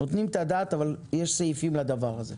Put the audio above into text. נותנים את הדעת אבל יש סעיפים לדבר הזה.